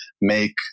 make